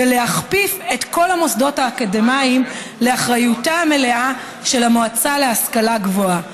ולהכפיף את כל המוסדות האקדמיים לאחריותה המלאה של המועצה להשכלה גבוהה.